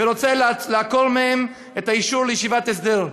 והוא רוצה לעקור מהם את האישור לישיבת הסדר.